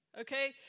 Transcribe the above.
Okay